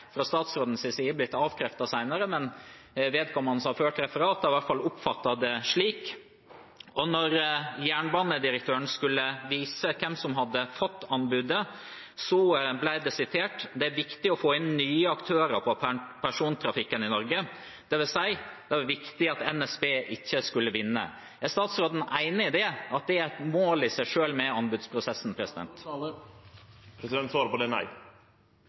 side senere blitt avkreftet, men vedkommende som har ført referat, har i hvert fall oppfattet det slik. Da jernbanedirektøren skulle vise hvem som hadde fått anbudet, ble det sitert at det «er viktig å få inn nye aktører på persontrafikken i Norge», dvs. det var viktig at NSB ikke skulle vinne. Er statsråden enig i at det er et mål i seg selv med anbudsprosessen? Svaret på det er nei.